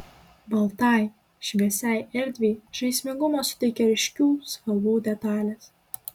baltai šviesiai erdvei žaismingumo suteikia ryškių spalvų detalės